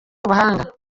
ubuhanga